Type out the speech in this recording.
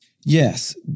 Yes